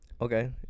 Okay